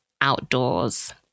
outdoors